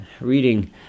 reading